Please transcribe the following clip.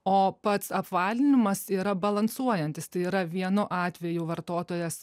o pats apvalinimas yra balansuojantis tai yra vienu atveju vartotojas